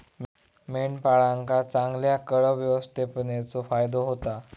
मेंढपाळांका चांगल्या कळप व्यवस्थापनेचो फायदो होता